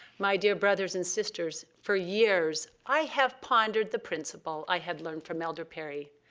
my dear brothers and sisters, for years i have pondered the principle i had learned from elder perry.